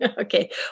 Okay